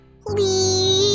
please